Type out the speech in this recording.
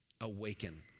Awaken